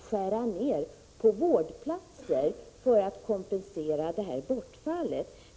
skära ned på antalet vårdplatser för att kompensera bortfallet.